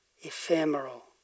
ephemeral